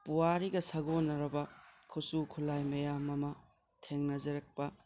ꯄꯨꯋꯥꯔꯤꯒ ꯁꯥꯒꯣꯟꯅꯔꯕ ꯈꯨꯠꯁꯨ ꯈꯨꯠꯂꯥꯏ ꯃꯌꯥꯝ ꯑꯃ ꯊꯦꯡꯅꯖꯔꯛꯄ